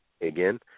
again